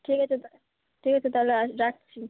ঠিক আছে তালে ঠিক আছে তাহলে আজ রাখছি